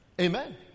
amen